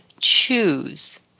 choose